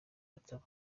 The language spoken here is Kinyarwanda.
matama